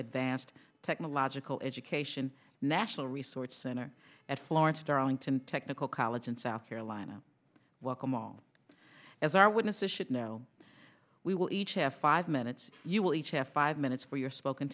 advanced technological education national resource center at florence darlington technical college in south carolina welcome all as our witnesses should know we will each have five minutes you will each have five minutes for your spoken